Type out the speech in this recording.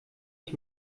ich